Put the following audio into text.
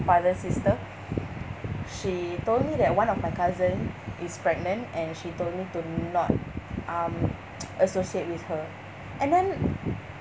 father's sister she told me that one of my cousin is pregnant and she told me to not um associate with her and then